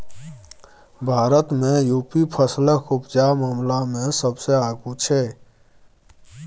भारत मे युपी फसलक उपजा मामला मे सबसँ आगु छै